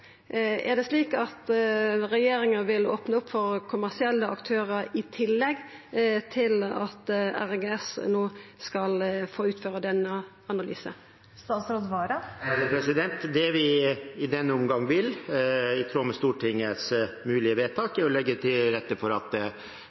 Er det slik at regjeringa vil opna opp for kommersielle aktørar i tillegg til at RGS no skal få utføra DNA-analysar? Det vi i denne omgang vil, i tråd med Stortingets mulige vedtak, er å legge til rette for at